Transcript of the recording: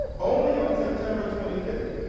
only on september twenty five,